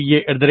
iisctagmail